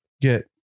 get